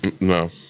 No